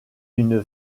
d’une